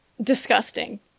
Disgusting